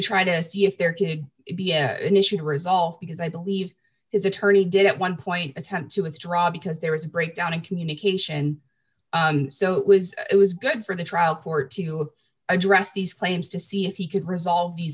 try to see if there could be a issue to resolve because i believe his attorney did at one point attempt to withdraw because there was a breakdown in communication so it was it was good for the trial court to address these claims to see if he could resolve these